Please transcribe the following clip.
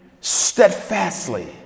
steadfastly